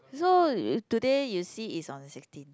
so today you see is on the sixteen